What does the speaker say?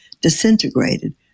disintegrated